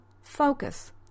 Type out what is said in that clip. focus